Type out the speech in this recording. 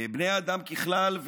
לבני האדם ככלל,